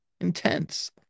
intense